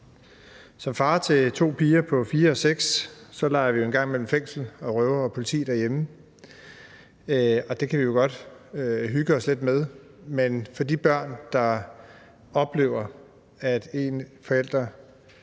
er far til to piger på 4 og 6 år, og vi leger engang imellem fængsel og røvere og politi derhjemme. Det kan vi jo godt hygge os lidt med, men for de børn, der oplever, at en forælder